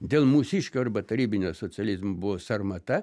dėl mūsiškio arba tarybinio socializmo buvo sarmata